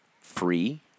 free